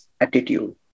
attitude